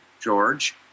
George